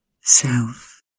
self